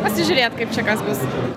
pasižiūrėt kaip čia kas bus